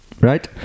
Right